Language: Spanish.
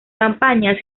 campañas